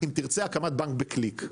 אם תרצה הקמת בנק בקליק.